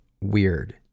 Weird